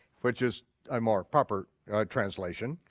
which is a more proper translation.